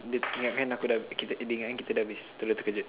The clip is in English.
dia ingatkan aku dah kita dia ingatkan kita dah habis terus dia terkejut